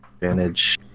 Advantage